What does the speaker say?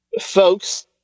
folks